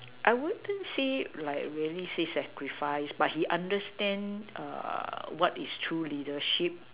I wouldn't say like really say sacrifice but he understand what is true leadership